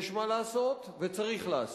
יש מה לעשות, וצריך לעשות: